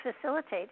facilitate